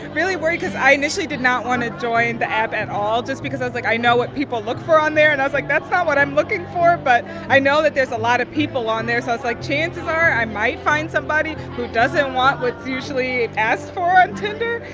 really worried because i initially did not want to join the app at all just because i was like, i know what people look for on there. and i was like, that's not what i'm looking for. but i know that there's a lot of people on there. so i was like, chances are, i might find somebody who doesn't want what's usually asked for on tinder.